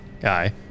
guy